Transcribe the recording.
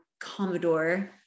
Commodore